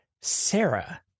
Sarah